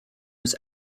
was